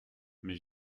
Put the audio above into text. mais